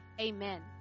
Amen